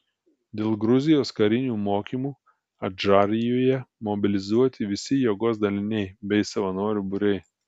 dėl gruzijos karinių mokymų adžarijoje mobilizuoti visi jėgos daliniai bei savanorių būriai